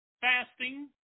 fasting